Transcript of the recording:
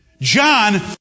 John